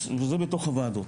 אז זה מתוך הוועדות.